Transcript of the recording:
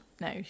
no